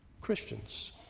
Christians